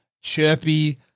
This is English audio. chirpy